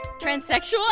Transsexual